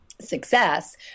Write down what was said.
success